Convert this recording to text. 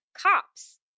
cops